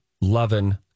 Lovin